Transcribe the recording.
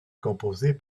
composées